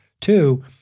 Two